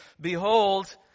Behold